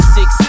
Six